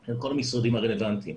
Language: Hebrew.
של כל המשרדים הרלוונטיים.